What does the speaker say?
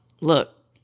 Look